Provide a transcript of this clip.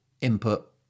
input